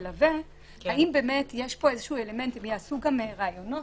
האם יש פה איזה אלמנט הם יעשו גם ראיונות,